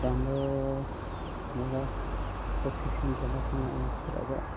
ᱪᱟᱸᱫᱳ ᱵᱚᱸᱜᱟ ᱯᱟᱹᱨᱥᱤ ᱥᱤᱧ ᱪᱟᱸᱫᱳ ᱠᱟᱱᱟᱭ ᱚᱱᱟ ᱠᱷᱟᱹᱛᱤᱨ ᱟᱭᱟᱜ